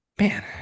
Man